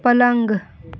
पलङ्ग